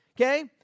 okay